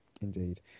Indeed